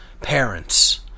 parents